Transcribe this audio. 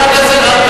חבר הכנסת גפני,